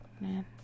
Man